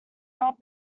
not